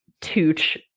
Tooch